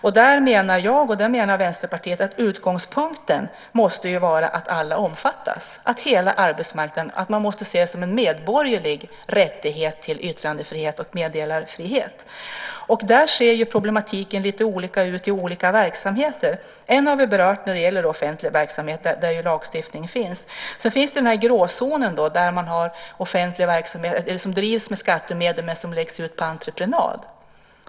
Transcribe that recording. Jag och Vänsterpartiet menar att utgångspunkten måste vara den att alla, hela arbetsmarknaden, omfattas. Man måste se yttrandefriheten och meddelarfriheten som en medborgerlig rättighet. Problematiken ser lite olika ut i olika verksamheter. En har vi berört, nämligen offentlig verksamhet, där det ju finns lagstiftning. Det finns också en gråzon där verksamheten drivs med skattemedel men läggs ut på entreprenad.